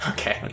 Okay